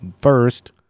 First